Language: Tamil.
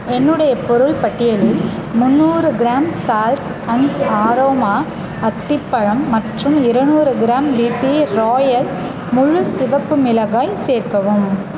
என்னுடைய பொருள் பட்டியலில் முன்னூறு கிராம் சால்ஸ் அண்ட் அரோமா அத்திப்பழம் மற்றும் இருநூறு கிராம் பிபி ராயல் முழு சிவப்பு மிளகாய் சேர்க்கவும்